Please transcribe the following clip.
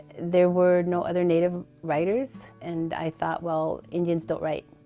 there were no other native writers. and i thought well, indians don't write.